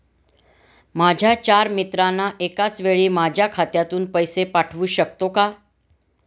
माझ्या चार मित्रांना एकाचवेळी माझ्या खात्यातून पैसे पाठवू शकतो का?